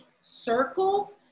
circle